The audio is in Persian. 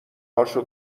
هاشو